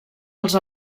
els